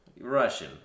russian